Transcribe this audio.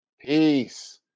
Peace